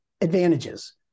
advantages